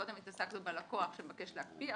מקודם התעסקנו בלקוח שמבקש להקפיא,